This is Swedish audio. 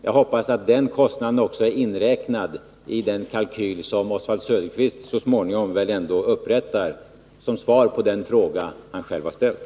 Jag hoppas att den kostnaden är inräknad i den kalkyl som Oswald Söderqvist väl så småningom upprättar som svar på den fråga han själv har ställt.